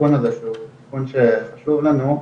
התיקון הזה שחשוב לנו.